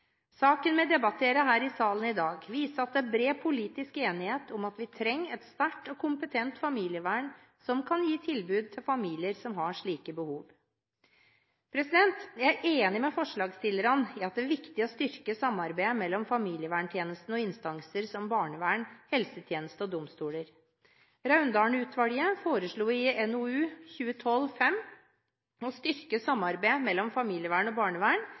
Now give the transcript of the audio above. Saken vi debatterer her i salen i dag, viser at det er bred politisk enighet om at vi trenger et sterkt og kompetent familievern som kan gi tilbud til familier som har slike behov. Jeg er enig med forslagsstillerne i at det er viktig å styrke samarbeidet mellom familieverntjenesten og instanser som barnevern, helsetjenesten og domstoler. Raundalen-utvalget foreslo i NOU 2012: 5 å styrke samarbeidet mellom familievernet og